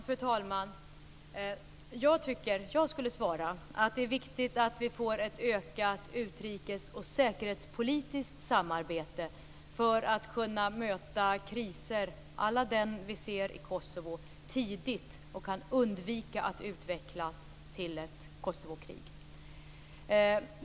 Fru talman! Jag skulle svara att det är viktigt att vi får ett ökat utrikes och säkerhetspolitiskt samarbete för att tidigt kunna möta kriser à la den kris som vi ser i Kosovo och för att kunna undvika att det utvecklas till ett Kosovokrig.